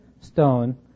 stone